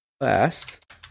Last